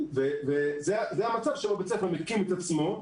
זה מצב שבו בית ספר מקים את עצמו,